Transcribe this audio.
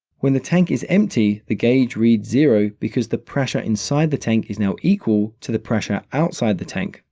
when the tank is empty, the gauge reads zero because the pressure inside the tank is now equal to the pressure outside the tank,